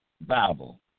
Bible